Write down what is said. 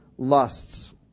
Lusts